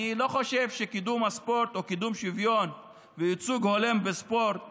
אני לא חושב שקידום הספורט או קידום שוויון וייצוג הולם בספורט